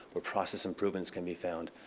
ah process improvements can be found.